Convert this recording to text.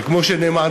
וכמו שנאמר,